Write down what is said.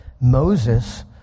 Moses